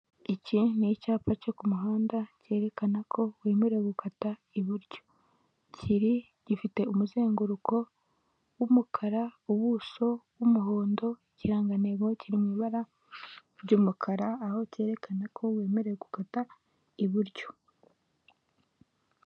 Akazu k'umuhondo gakorerwamo n'isosiyete y'itumanaho mu Rwanda ya emutiyene, harimo umugabo uhagaze witeguye guha serivisi abaza bamugana zirimo; kubitsa, kubikuza, cyangwa kohereza amafaranga.